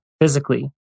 physically